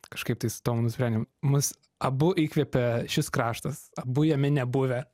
kažkaip tai su tomu nusprendėm mus abu įkvėpia šis kraštas abu jame nebuvę